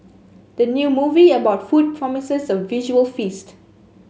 the new movie about food promises a visual feast